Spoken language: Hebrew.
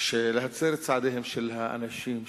שהיא מצרה את צעדיהם של האנשים,